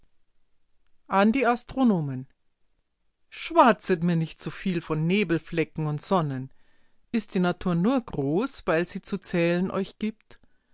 an die astronomen schwatzet mir nicht so viel von nebelflecken und sonnen ist die natur nur groß weil sie zu zählen euch gibt